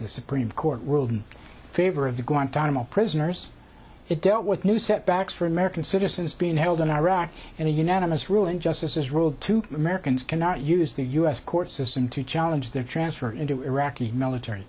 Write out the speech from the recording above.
the supreme court ruled in favor of the guantanamo prisoners it dealt with new setbacks for american citizens being held in iraq and the unanimous ruling justices ruled two americans cannot use the u s court system to challenge their transfer into iraqi military